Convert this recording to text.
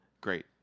Great